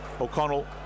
O'Connell